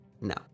No